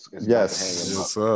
Yes